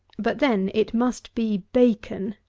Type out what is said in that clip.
but, then, it must be bacon,